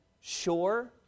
sure